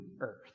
earth